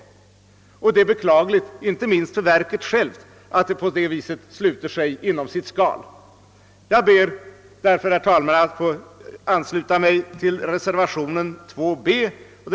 Det är givetvis beklagligt, inte minst för naturvårdsverket, att det på detta sätt sluter sig inom sitt skal. Jag ber, herr talman, därför att få ansluta mig till reservationen 8 hb vid punkten 36.